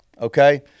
Okay